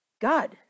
God